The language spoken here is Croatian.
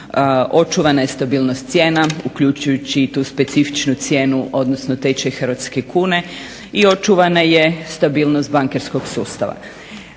očuvana je stabilnost cijena uključujući i tu specifičnu cijenu, odnosno tečaj hrvatske kune i očuvana je stabilnost bankarskog sustava.